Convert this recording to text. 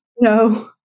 No